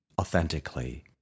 authentically